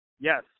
Yes